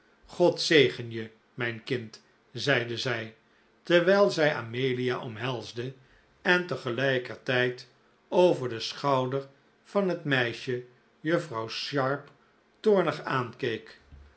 god zegen je mijn kind zeide zij terwijl zij amelia omhelsde en tegelijkertijd over den schouder van het meisje juffrouw sharp toornig aankeek